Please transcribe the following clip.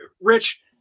Rich